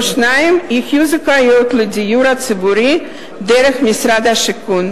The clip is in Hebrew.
שניים יהיו זכאיות לדיור ציבורי דרך משרד השיכון.